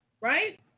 Right